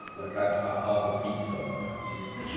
like i had half half a pizza and you